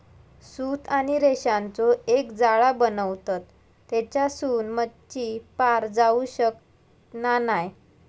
सूत आणि रेशांचो एक जाळा बनवतत तेच्यासून मच्छी पार जाऊ शकना नाय